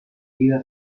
vida